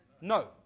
No